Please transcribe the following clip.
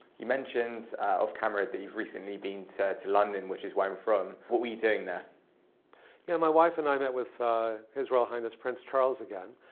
you mentioned off camera that you've recently been to london, which is where i'm from. what were you doing there? yeah my wife and i met with his royal highness prince charles again.